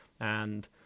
And-